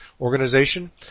organization